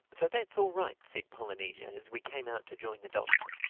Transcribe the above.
so that's all right, said polynesia as we came out to join the doctor.